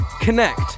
connect